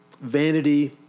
vanity